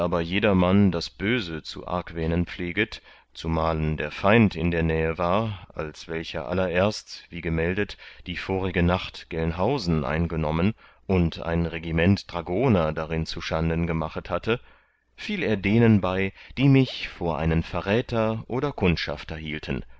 jedermann das böse zu argwähnen pfleget zumalen der feind in der nähe war als welcher allererst wie gemeldet die vorige nacht gelnhausen eingenommen und ein regiment dragoner darin zuschanden gemachet hatte fiel er denen bei die mich vor einen verräter oder kundschafter hielten